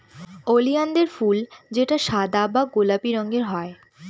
ওলিয়ানদের ফুল যেটা সাদা বা গোলাপি রঙের হয়